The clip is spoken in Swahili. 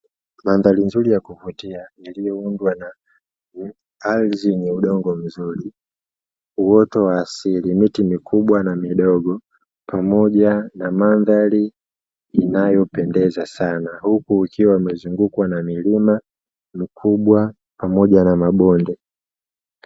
Mandhari nzuri ya kuvutia iliyoundwa na ardhi yenye udongo mzuri, uoto wa asili, miti mikubwa na midogo pamoja na mandhari inayopendeza sana huku ikiwa imezungukwa na milima mikubwa pamoja na mabonde.